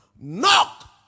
Knock